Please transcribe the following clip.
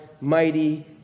mighty